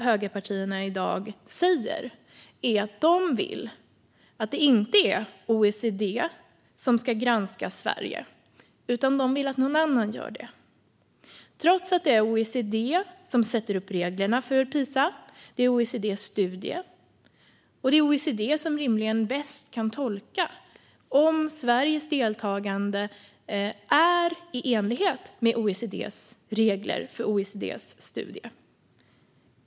Högerpartierna säger nämligen i dag att de vill att det inte ska vara OECD som ska granska Sverige utan att någon annan ska göra det - trots att det är OECD som sätter upp reglerna för PISA och trots att det rimligen är OECD som bäst kan tolka om Sveriges deltagande är i enlighet med OECD:s regler för OECD:s studie.